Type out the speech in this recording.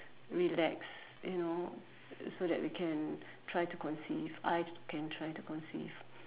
relax you know so that we can try to conceive I can try to conceive